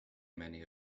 many